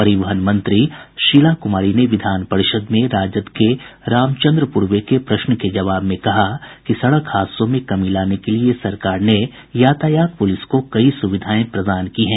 परिवहन मंत्री शीला कुमारी ने विधान परिषद में राष्ट्रीय जनता दल के रामचंद्र पूर्वे के प्रश्न के जवाब में कहा कि सड़क हादसों में कमी लाने के लिये सरकार ने यातायात पुलिस को कई सुविधाएं प्रदान की हैं